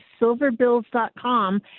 silverbills.com